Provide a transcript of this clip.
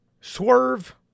Swerve